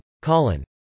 Colin